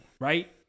right